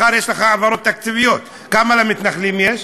מחר יש לך העברות תקציביות, כמה למתנחלים יש?